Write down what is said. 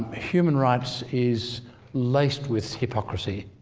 ah human rights is laced with hypocrisy,